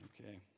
Okay